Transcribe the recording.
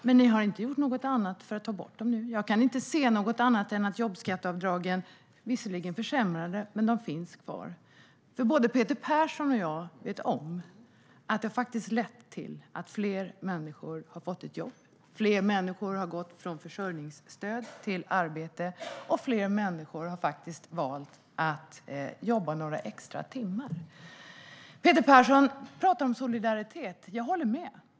Men ni har inte gjort något för att ta bort dem. Jag kan inte se något annat än att jobbskatteavdragen finns kvar, om än försämrade. Både jag och Peter Persson vet att det faktiskt har lett till att fler människor har fått ett jobb, att fler människor har gått från försörjningsstöd till arbete och att fler människor har valt att jobba några extra timmar. Peter Persson talar om solidaritet. Jag håller med.